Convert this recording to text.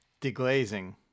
deglazing